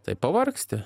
tai pavargsti